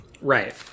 Right